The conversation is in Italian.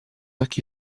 occhi